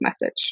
message